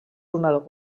una